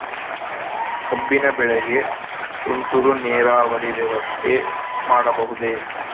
ಕಬ್ಬಿನ ಬೆಳೆಗೆ ತುಂತುರು ನೇರಾವರಿ ವ್ಯವಸ್ಥೆ ಮಾಡಬಹುದೇ?